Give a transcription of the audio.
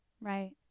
right